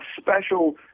special